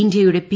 ഇന്ത്യയുടെ പി